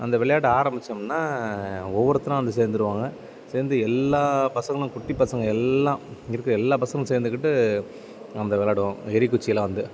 அந்த விளையாட்டை ஆரம்பிச்சோம்ன்னா ஒவ்வொருத்தனும் வந்து சேர்ந்துருவாங்க சேர்ந்து எல்லா பசங்களும் குட்டி பசங்க எல்லாம் இருக்கிற எல்லா பசங்களும் சேர்ந்துக்கிட்டு அந்த விளாடுவோம் எறிகுச்சியெல்லாம் வந்து